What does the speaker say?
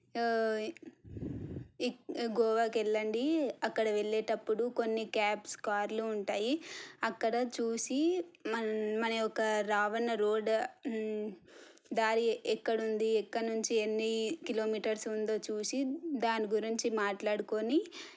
గోవాకి వెళ్ళండి అక్కడ వెళ్ళేటప్పుడు కొన్ని క్యాబ్స్ కార్లు ఉంటాయి అక్కడ చూసి మన యొక్క రావణ రోడ్డు దారి ఎక్కడ ఉంది ఎక్కడ నుంచి ఎన్ని కిలోమీటర్స్ ఉందో చూసి దాని గురించి మాట్లాడుకొని